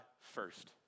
first